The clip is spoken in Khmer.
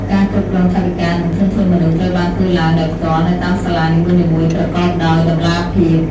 ការគ្រប់គ្រងថវិកានិងធនធានមនុស្សត្រូវបានធ្វើឡើងដោយផ្ទាល់នៅតាមសាលានីមួយៗប្រកបដោយតម្លាភាព។